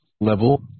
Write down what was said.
level